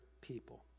people